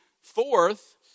Fourth